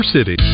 City